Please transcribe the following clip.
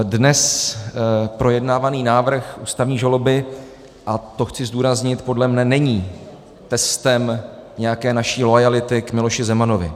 Dnes projednávaný návrh ústavní žaloby, a to chci zdůraznit, podle mne není testem nějaké naší loajality k Miloši Zemanovi.